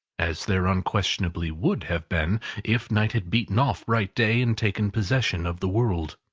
as there unquestionably would have been if night had beaten off bright day, and taken possession of the world.